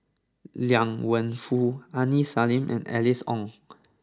Liang Wenfu Aini Salim and Alice Ong